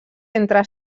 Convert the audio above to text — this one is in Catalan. entre